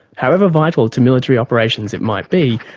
however vital to military operations it might be,